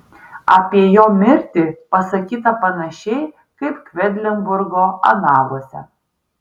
apie jo mirtį pasakyta panašiai kaip kvedlinburgo analuose